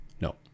No